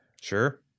Sure